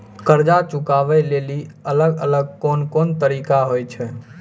कर्जा चुकाबै लेली अलग अलग कोन कोन तरिका होय छै?